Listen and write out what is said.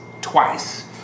twice